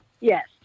Yes